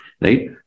Right